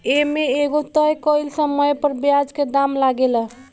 ए में एगो तय कइल समय पर ब्याज के दाम लागेला